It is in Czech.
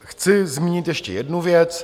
Chci zmínit ještě jednu věc.